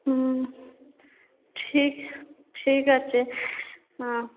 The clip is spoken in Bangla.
হুম ঠিক ঠিক আছে